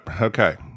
okay